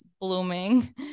blooming